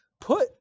put